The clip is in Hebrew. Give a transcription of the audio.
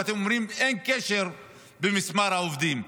ואתם אומרים שאין קשר למספר העובדים.